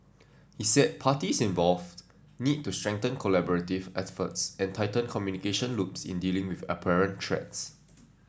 he said parties involved need to strengthen collaborative efforts and tighten communication loops in dealing with apparent threats